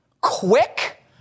quick